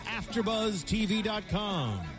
AfterBuzzTV.com